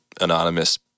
anonymous